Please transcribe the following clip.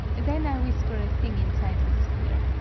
then i whisper a thing inside his ear,